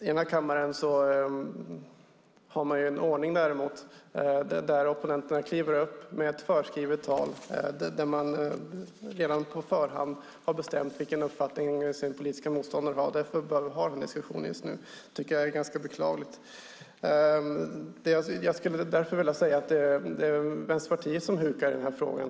I den här kammaren har man däremot en ordning där opponenterna kliver upp med ett förskrivet tal där man redan på förhand har bestämt vilken uppfattning ens politiska motståndare har, och därför behöver vi ha den här diskussionen just nu. Det tycker jag är ganska beklagligt. Jag skulle därför vilja säga att det är Vänsterpartiet som hukar i den här frågan.